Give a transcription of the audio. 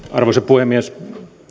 arvoisa puhemies